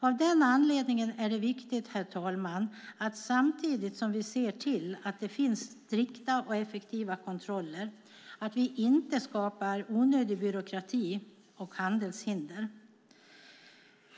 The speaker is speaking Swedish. Av den anledningen är det viktigt, herr talman, att vi - samtidigt som vi ser till att det finns strikta och effektiva kontroller - inte skapar onödig byråkrati och handelshinder.